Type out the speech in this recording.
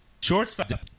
Shortstop